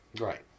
Right